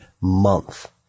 month